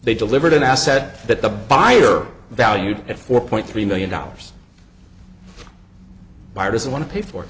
they delivered an asset that the buyer valued at four point three million dollars the buyer doesn't want to pay for